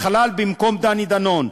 הטכנולוגיה והחלל במקום דני דנון,